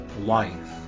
life